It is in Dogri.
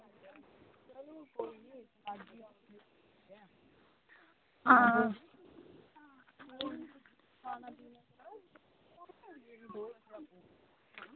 आं